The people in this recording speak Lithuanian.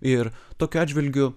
ir tokiu atžvilgiu